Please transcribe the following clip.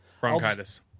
bronchitis